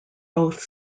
both